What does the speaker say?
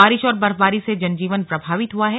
बारिश और बर्फबारी से जनजीवन प्रभावित हुआ है